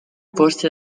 forse